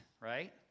right